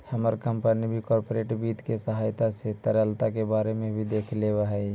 हमर कंपनी भी कॉर्पोरेट वित्त के सहायता से तरलता के बारे में भी देख लेब हई